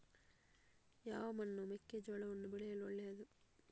ಯಾವ ಮಣ್ಣು ಮೆಕ್ಕೆಜೋಳವನ್ನು ಬೆಳೆಯಲು ಒಳ್ಳೆಯದು?